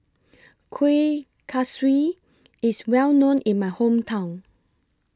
Kuih Kaswi IS Well known in My Hometown